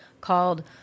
called